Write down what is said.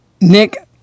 Nick